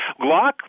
Glock